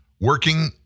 working